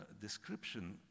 description